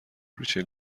ریچل